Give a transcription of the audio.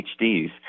PhDs